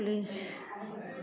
please